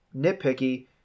nitpicky